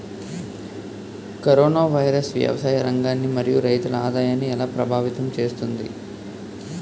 Corona virus వ్యవసాయ రంగాన్ని మరియు రైతుల ఆదాయాన్ని ఎలా ప్రభావితం చేస్తుంది?